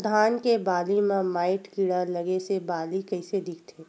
धान के बालि म माईट कीड़ा लगे से बालि कइसे दिखथे?